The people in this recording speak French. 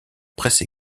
presse